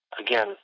again